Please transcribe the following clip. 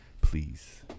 please